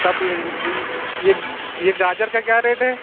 سب یہ گاجر کا کیا ریٹ ہے